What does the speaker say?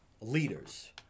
leaders